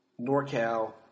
NorCal